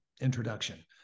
introduction